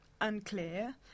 unclear